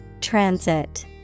Transit